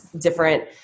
different